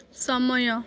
ସମୟ